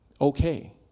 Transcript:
okay